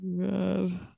god